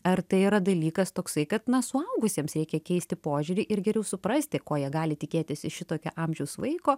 ar tai yra dalykas toksai kad na suaugusiems reikia keisti požiūrį ir geriau suprasti ko jie gali tikėtis iš šitokio amžiaus vaiko